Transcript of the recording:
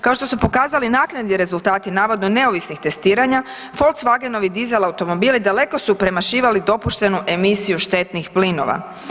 Kao što su pokazali naknadni rezultati navodno neovisnih testiranja volkswagenovi diesel automobili daleko su premašivali dopuštenu emisiju štetnih plinova.